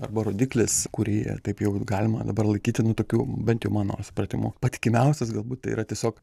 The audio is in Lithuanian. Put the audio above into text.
arba rodiklis kurį taip jau galima dabar laikytis nu tokiu bent jau mano supratimu patikimiausias galbūt tai yra tiesiog